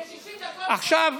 איך בשעה, ב-60 דקות, הצביעו,